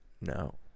No